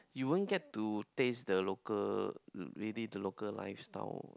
you won't get to taste the local really the local lifestyle